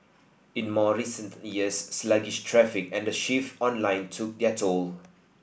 in more recent years sluggish traffic and the shift online took toll